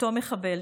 אותו מחבל,